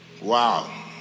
Wow